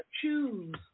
choose